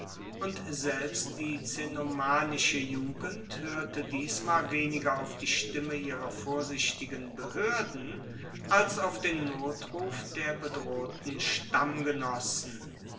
und selbst die cenomanische jugend hoerte diesmal weniger auf die stimme ihrer vorsichtigen behoerden als auf den notruf der bedrohten